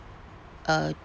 uh